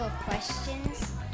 questions